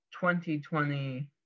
2020